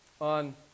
on